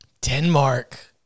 denmark